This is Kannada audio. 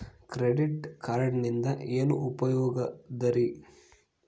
ಕ್ರೆಡಿಟ್ ಕಾರ್ಡಿನಿಂದ ಏನು ಉಪಯೋಗದರಿ?